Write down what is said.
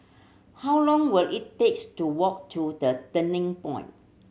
how long will it takes to walk to The Turning Point